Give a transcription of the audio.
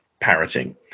parroting